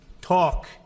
talk